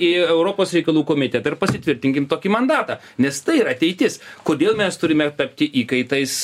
į europos reikalų komitetą ir pasitvirtinkim tokį mandatą nes tai yra ateitis kodėl mes turime tapti įkaitais